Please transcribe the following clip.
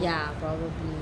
ya probably